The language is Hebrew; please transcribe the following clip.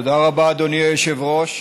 תודה רבה, אדוני היושב-ראש.